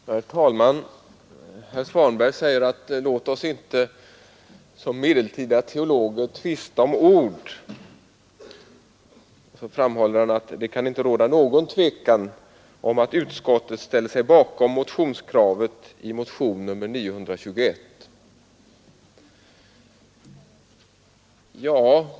Herr talman! Herr Svanberg säger: Låt oss inte som medeltida teologer tvista om ord! Och så framhåller han att det inte kan råda någon tvekan om att utskottet ställer sig bakom kravet i motionen 921.